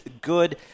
good